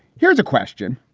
here's a question.